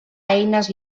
eines